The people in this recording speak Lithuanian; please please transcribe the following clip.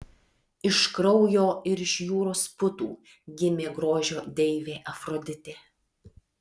iš kraujo ir iš jūros putų gimė grožio deivė afroditė